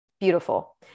beautiful